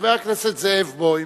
חבר הכנסת זאב בוים.